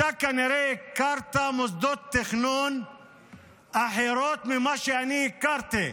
ואתה כנראה הכרת מוסדות תכנון אחרים ממה שאני הכרתי.